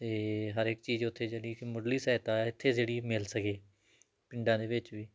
ਅਤੇ ਹਰ ਇੱਕ ਚੀਜ਼ ਉੱਥੇ ਜਿਹੜੀ ਕਿ ਮੁਢਲੀ ਸਹਾਇਤਾ ਇੱਥੇ ਜਿਹੜੀ ਮਿਲ ਸਕੇ ਪਿੰਡਾਂ ਦੇ ਵਿੱਚ ਵੀ